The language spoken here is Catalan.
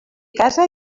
casa